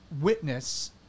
witness